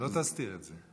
לא תסתיר את זה.